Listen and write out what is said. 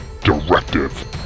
DIRECTIVE